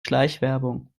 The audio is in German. schleichwerbung